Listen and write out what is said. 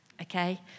Okay